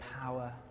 power